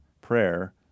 prayer